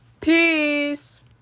Peace